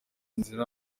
nzira